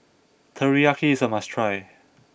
Teriyaki is a must try